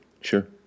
Sure